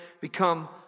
become